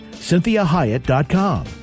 CynthiaHyatt.com